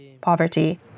poverty